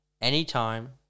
Anytime